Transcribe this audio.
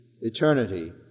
eternity